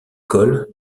col